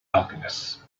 alchemists